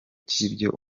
cy’ibyo